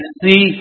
see